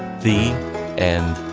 the end.